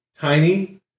Tiny